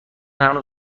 هنوز